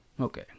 Okay